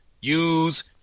use